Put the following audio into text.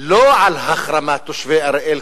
לא על החרמת תושבי אריאל,